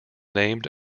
named